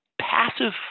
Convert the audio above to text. passive